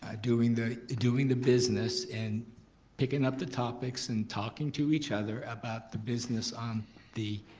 ah doing the doing the business and picking up the topics and talking to each other about the business on the